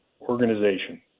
organization